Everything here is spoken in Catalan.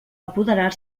apoderar